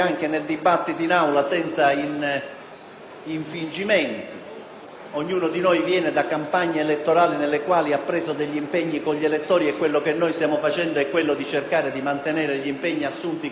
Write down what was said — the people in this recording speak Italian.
infingimenti. Ognuno di noi proviene da campagne elettorali nelle quali ha assunto impegni con gli elettori: quello che noi stiamo facendo è cercare di mantenere gli impegni assunti con gli elettori nel corso della campagna elettorale.